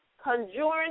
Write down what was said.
conjuring